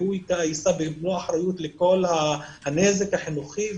והוא יישא באחריות לנזק החינוכי,